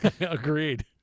Agreed